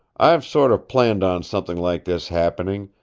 i've sort of planned on something like this happening,